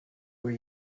were